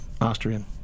Austrian